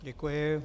Děkuji.